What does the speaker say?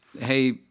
hey